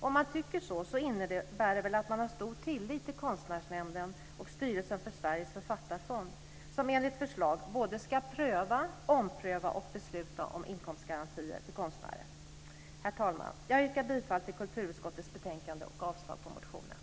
Om man tycker så innebär det väl att man har stor tillit till Konstnärsnämnden och styrelsen för Sveriges författarfond, som enligt förslag ska pröva, ompröva och besluta om inkomstgarantier till konstnärer. Herr talman! Jag yrkar bifall till förslaget i kulturutskottets betänkande och avslag på motionen.